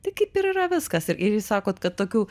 tai kaip ir yra viskas ir ir jūs sakot kad tokių